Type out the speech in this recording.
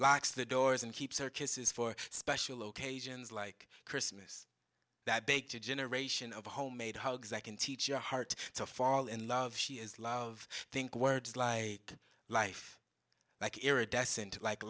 locks the doors and keeps her kisses for special occasions like christmas that baked a generation of homemade hugs i can teach your heart to fall in love she is love i think words like i could life like iridescent like